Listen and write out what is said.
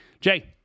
Jay